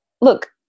look